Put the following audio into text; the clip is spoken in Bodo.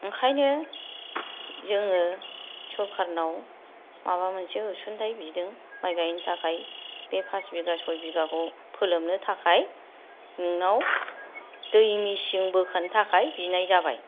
ओंखायनो जोङो सोरकारनाव माबा मोनसे अनसुंथाइ बिदों माइ गायनो थाखाय बे पास बिघा सय बिघाखौ फोलोमनो थाखाय नोंनाव दै मेचिन बोखोनो थाखाय बिनाय जाबाय